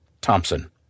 Thompson